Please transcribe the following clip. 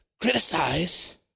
criticize